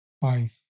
five